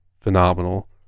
phenomenal